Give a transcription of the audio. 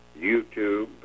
YouTube